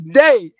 day